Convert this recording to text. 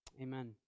Amen